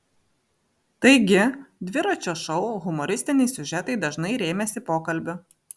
taigi dviračio šou humoristiniai siužetai dažnai rėmėsi pokalbiu